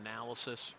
analysis